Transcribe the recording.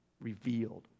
revealed